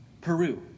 Peru